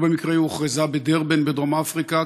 לא במקרה היא הוכרזה בדרבן בדרום-אפריקה,